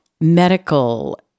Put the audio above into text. medical